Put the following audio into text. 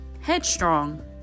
Headstrong